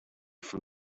from